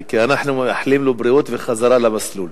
כי אנחנו מאחלים לו בריאות וחזרה למסלול.